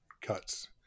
cuts